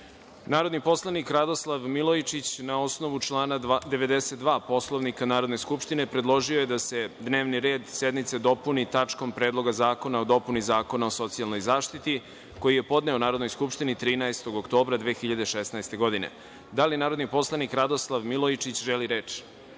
predlog. Narodni poslanik Radoslav Milojičić na osnovu člana 92. Poslovnika Narodne skupštine predložio je da se dnevni red sednice dopuni tačkom – Predlog zakona o dopuni zakona o socijalnoj zaštiti, koji je podneo Narodnoj skupštini 13. oktobra 2016. godine. Da li narodni poslanik Radoslav Milojičić želi reč?